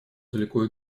далеко